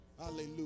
hallelujah